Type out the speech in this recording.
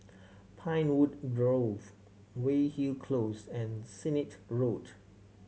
Pinewood Grove Weyhill Close and Sennett Road